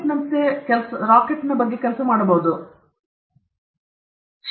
ಇದು ರಾಕೆಟ್ನಂತೆ ಇದೆ ಅದು ಶಿಕ್ಷಕರಿಗೆ ಎಸೆಯಲ್ಪಟ್ಟಿದೆ